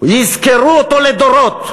יזכרו אותו לדורות,